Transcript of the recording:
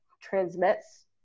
transmits